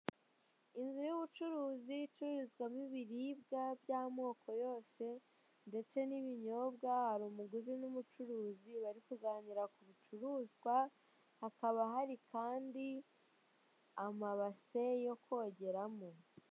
Inzu y'ubucuruzi icururizwamo ibiribwa by'amoko yose ndetse n'ibinyobwa hari umuguzi n'umucuruzi, bari kuganira ku bicuruzwa hakaba hari kandi amabase yo kogeramo.